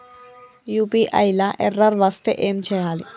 UPI లా error వస్తే ఏం చేయాలి?